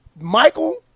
Michael